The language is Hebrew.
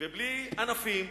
ובלי ענפים,